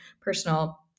personal